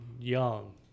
young